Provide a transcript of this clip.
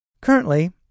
Currently